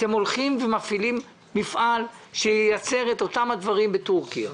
אתם הולכים ומפעילים מפעל שייצר את אותם הדברים בטורקיה.